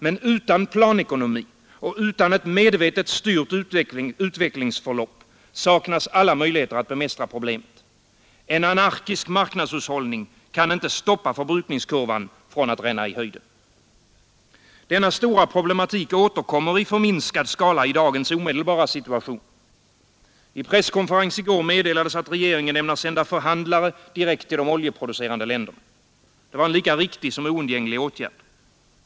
Men utan planekonomi och utan ett medvetet styrt utvecklingsförlopp saknas alla möjligheter att bemästra problemet. En anarkisk marknadshushållning kan inte hindra förbrukningskurvan från att ränna i höjden. Denna stora problematik återkommer i förminskad skala i dagens omedelbara situation. I presskonferens i går meddelades att regeringen ämnar sända förhandlare direkt till de oljeproducerande länderna. Det var en lika riktig som oundgänglig åtgärd.